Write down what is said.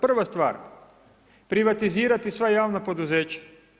Prva stvar, privatizirati sva javna poduzeća.